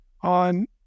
on